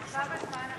בתוך כמה זמן, אדוני?